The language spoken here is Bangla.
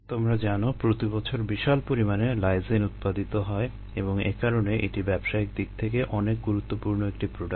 তোমরা জানো প্রতি বছর বিশাল পরিমাণে লাইসিন উৎপাদিত হয় এবং একারণে এটি ব্যবসায়িক দিক থেকে অনেক গুরুত্বপূর্ণ একটি প্রোডাক্ট